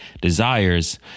desires